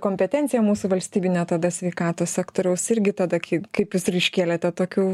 kompetencija mūsų valstybinio tada sveikatos sektoriaus irgi tada kai kaip jūs ir iškėlete tokių